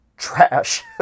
trash